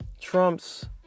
Trump's